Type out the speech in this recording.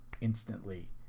instantly